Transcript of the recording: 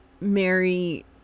Mary